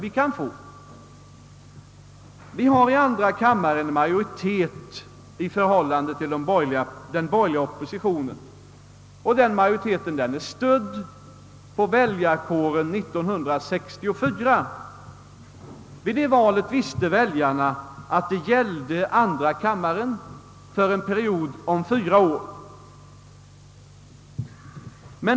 Socialdemokraterna har i andra kammaren majoritet i förhållande till den borgerliga oppositionen, och den majoriteten är stödd på väljarkåren 1964. Vid det valet visste väljarna att det gällde andra kammaren för en period om fyra år.